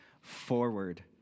forward